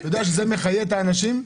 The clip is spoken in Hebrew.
אתה יודע שזה מחייה את האנשים?